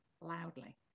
loudly